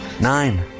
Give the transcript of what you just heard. Nine